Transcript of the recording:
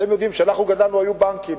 אתם יודעים, כשאנחנו גדלנו, היו בנקים.